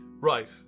Right